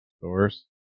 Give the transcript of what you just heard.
Source